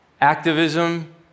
Activism